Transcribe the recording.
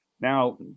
Now